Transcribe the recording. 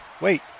Wait